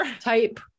type